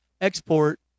export